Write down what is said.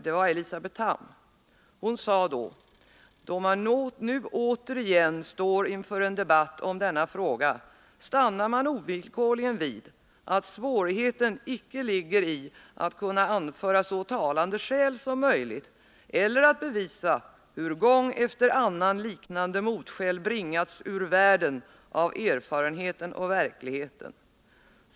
Det var Elisabeth Tamm, och hon sade då: ”Då man nu återigen står inför en debatt om denna fråga, stannar man ovillkorligen vid, att svårigheten icke ligger i att kunna anföra så talande skäl som möjligt eller att bevisa, hur gång efter annan liknande motskäl bringats ur världen av erfarenheten och verkligheten.